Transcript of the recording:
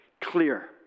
Clear